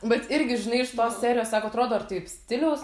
bet irgi žinai iš tos serijos sako atrodo ar taip stiliaus